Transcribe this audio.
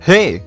Hey